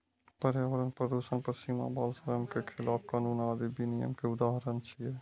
पर्यावरण प्रदूषण पर सीमा, बाल श्रम के खिलाफ कानून आदि विनियम के उदाहरण छियै